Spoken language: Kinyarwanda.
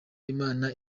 imana